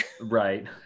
right